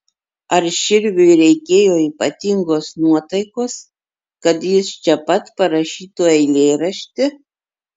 ar širviui reikėjo ypatingos nuotaikos kad jis čia pat parašytų eilėraštį